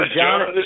John